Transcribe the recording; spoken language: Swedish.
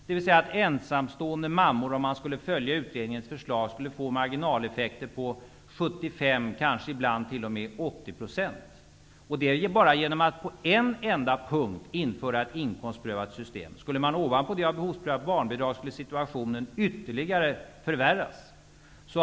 Om man skulle följa utredningens förslag skulle t.ex. ensamstående mammor få marginaleffekter på 75 %, kanske ibland 80 %. Detta sker genom att man på en enda punkt genomför ett inkomstprövat system. Skulle man ovanpå det behovspröva barnbidragen skulle situationen ytterligare förvärras.